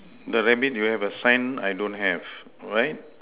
the rabbit do you have a sign I don't have right